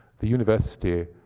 the university,